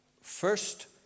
first